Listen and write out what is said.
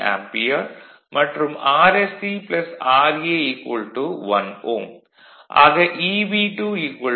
75 ampere மற்றும் Rse ra 1 Ω